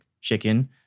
chicken